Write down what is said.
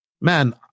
man